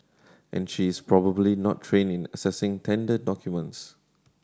and she is probably not training assessing tender documents